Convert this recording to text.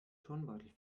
turnbeutel